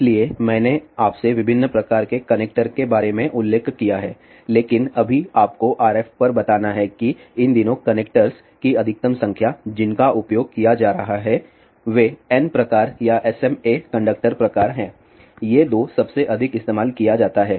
इसलिए मैंने आपसे विभिन्न प्रकार के कनेक्टर के बारे में उल्लेख किया है लेकिन अभी आपको RF पर बताना है कि इन दिनों कनेक्टर्स की अधिकतम संख्या जिनका उपयोग किया जा रहा है वे N प्रकार या SMA कंडक्टर प्रकार हैं ये दो सबसे अधिक इस्तेमाल किया जाता है